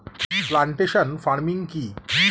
Plantation farming কি?